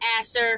asser